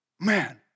man